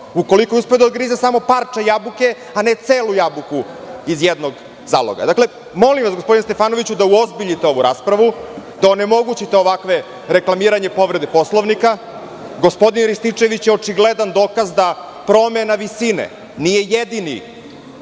ukoliko je uspeo da odgrize samo parče jabuke, a ne celu jabuku iz jednog zalogaja. Molim vas, gospodine Stefanoviću, da uozbiljite ovu raspravu, da onemogućite ovakva reklamiranja povrede Poslovnika. Gospodin Rističević je očigledan dokaz da promena visine nije jedini